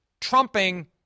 trumping